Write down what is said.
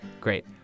Great